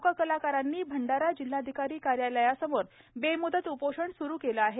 लोककलाकारांनी भंडारा जिल्हाधिकारी कार्यालयासमोर बेम्दत उपोषण स्रू केलं आहे